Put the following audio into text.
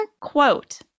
Quote